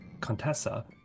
Contessa